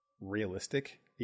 realistic